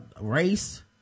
race